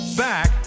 Back